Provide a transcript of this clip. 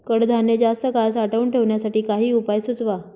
कडधान्य जास्त काळ साठवून ठेवण्यासाठी काही उपाय सुचवा?